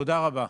תודה רבה.